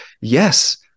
yes